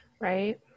Right